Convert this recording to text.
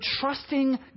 trusting